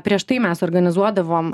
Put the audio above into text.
prieš tai mes organizuodavom